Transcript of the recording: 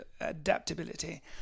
adaptability